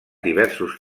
diversos